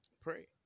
pray